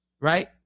right